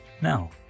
Now